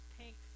pink